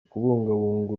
kubungabunga